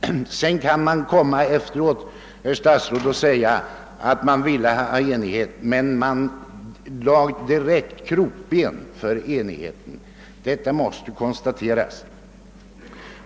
Sedan kan Ni, herr statsråd, efteråt komma och säga att Ni ville ha enighet. Men Ni lade i själva verket ett direkt krokben för enighet. Detta måste konstateras.